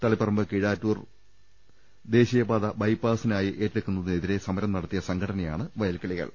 തളിപ്പറമ്പ് കീഴാറ്റൂർ വയൽ ദേശീയപാത ബൈപ്പാസിനായി ഏറ്റെടുക്കുന്നതിനെതിരെ സമരം നടത്തിയ സംഘടനയാണ് വയൽക്കിളികൾ